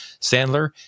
Sandler